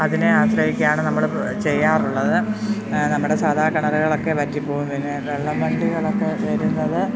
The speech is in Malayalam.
അതിനെ ആശ്രയിക്കുകയാണ് നമ്മള് ചെയ്യാറുള്ളത് നമ്മുടെ സാധാ കിണറുകളൊക്കെ വറ്റിപ്പോകും പിന്നെ വെള്ളം വണ്ടികളൊക്കെ വരുന്നത്